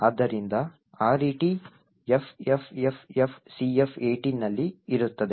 ಆದ್ದರಿಂದ RET FFFFCF18 ನಲ್ಲಿ ಇರುತ್ತದೆ